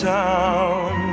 town